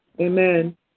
Amen